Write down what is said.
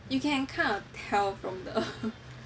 you can kind of tell from the